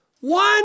One